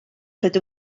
rydw